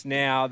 now